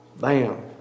bam